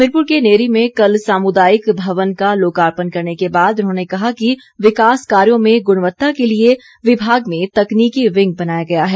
हमीरपुर के नेरी में कल सामुदायिक भवन का लोकार्पण करने के बाद उन्होंने कहा कि विकास कार्यों में गुणवत्ता के लिए विभाग में तकनीकी विंग बनाया गया है